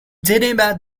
geneva